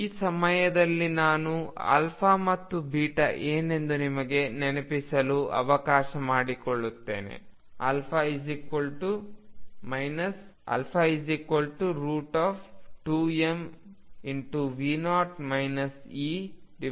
ಈ ಸಮಯದಲ್ಲಿ ನಾನು ಮತ್ತು ಏನೆಂದು ನಿಮಗೆ ನೆನಪಿಸಲು ಅವಕಾಶ ಮಾಡಿಕೊಡುತ್ತೇನೆα2m2ಮತ್ತು β2mE2 ಮತ್ತು E0